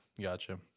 Gotcha